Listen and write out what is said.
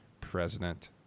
President